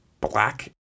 black